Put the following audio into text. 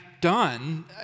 done